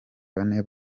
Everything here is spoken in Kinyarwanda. bane